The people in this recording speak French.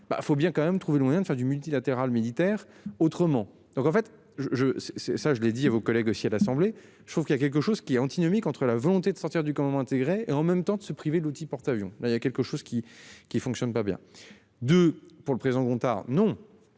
Ben faut bien quand même trouvé le moyen de faire du multilatéral militaire autrement. Donc en fait je, je sais, ça je l'ai dit à vos collègues aussi à l'Assemblée. Je trouve qu'il y a quelque chose qui est antinomique entre la volonté de sortir du commandement intégré et en même temps de se priver l'outil porte-avions il y a quelque chose qui, qui fonctionne pas bien de. Pour le président Gontard non.